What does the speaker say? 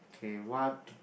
okay what